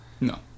No